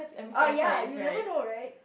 oh ya you never know right